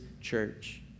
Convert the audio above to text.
church